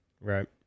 Right